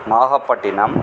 Nagapattinam